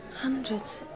Hundreds